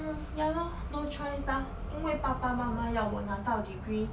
mm ya lor no choice lah 因为爸爸妈妈要我拿到 degree